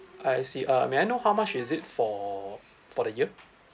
I see uh may I know how much is it for for the year